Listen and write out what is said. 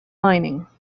lining